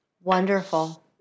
Wonderful